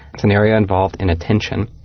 it's an area involved in attention.